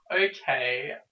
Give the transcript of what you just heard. Okay